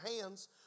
hands